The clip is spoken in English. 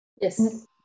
Yes